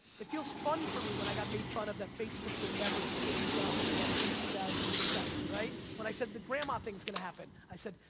it feels fun for me when i got made fun of that facebook would never age up in two thousand and seven. right? when i said the grandma thing is gonna happen, i said,